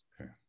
Okay